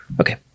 okay